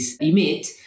emit